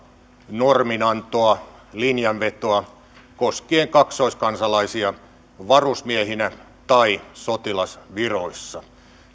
norminantoa linjanvetoa koskien kaksoiskansalaisia varusmiehinä tai sotilasviroissa